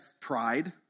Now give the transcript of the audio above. pride